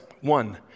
One